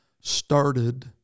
started